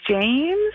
James